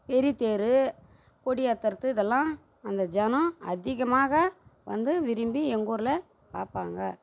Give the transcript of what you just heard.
பெரிய தேர் கொடியேற்றுறது இதெல்லாம் அந்த ஜனம் அதிகமாக வந்து விரும்பி எங்கூரில் பார்ப்பாங்க